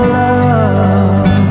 love